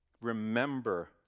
Remember